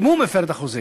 אם הוא מפר את החוזה,